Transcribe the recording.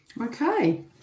Okay